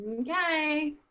okay